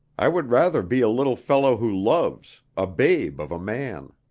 i would rather be a little fellow who loves, a babe of a man.